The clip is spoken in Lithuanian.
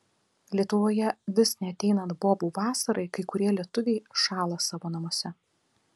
lietuvoje vis neateinat bobų vasarai kai kurie lietuviai šąla savo namuose